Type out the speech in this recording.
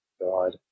God